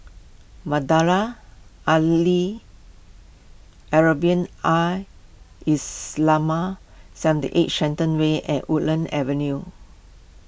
Madrasah Al Arabiah Al Islamiah seventy eight Shenton Way and Woodlands Avenue